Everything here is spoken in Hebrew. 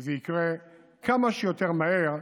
שזה יקרה כמה שיותר מהר,